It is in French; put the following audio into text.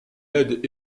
aide